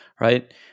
right